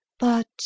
But